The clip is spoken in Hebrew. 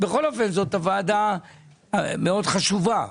בכל אופן זו ועדה מאוד חשובה.